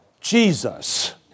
Jesus